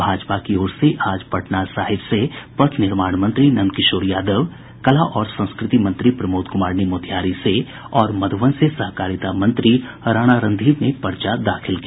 भाजपा की ओर से आज पटना साहिब से पथ निर्माण मंत्री नंदकिशोर यादव कला और संस्कृति मंत्री प्रमोद कुमार ने मोतिहारी से और मधुबन से सहकारिता मंत्री राणा रणधीर ने पर्चा दाखिल किया